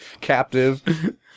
captive